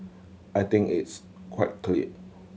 I think it's quite clear